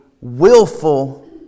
willful